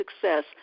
success